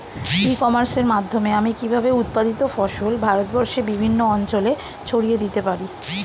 ই কমার্সের মাধ্যমে আমি কিভাবে উৎপাদিত ফসল ভারতবর্ষে বিভিন্ন অঞ্চলে ছড়িয়ে দিতে পারো?